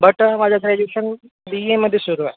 but माझं graduation B एमध्ये सुरु आहे